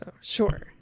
Sure